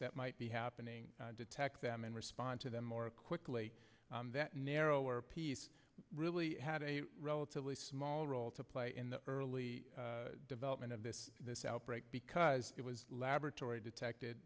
that might be happening detect them and respond to them more quickly that narrower piece really had a relatively small role to play in the early development of this this outbreak because it was laboratory detected